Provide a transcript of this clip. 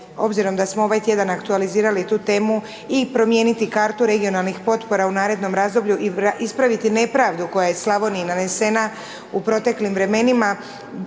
obzirom da smo ovaj tjedan aktualizirali tu temu i promijeniti kartu regionalnog potpora u narednom razdoblju i ispraviti nepravdu koja je Slavoniji nanesena u proteklim vremenima,